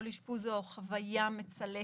כל אשפוז זו חוויה מצלקת.